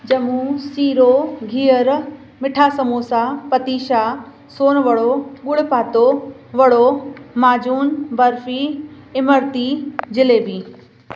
ॼमू सीरो गिहर मिठा समोसा पतीशा सोन वड़ो गुड़ पातो वड़ो माजून बर्फ़ी इमरती जलेबी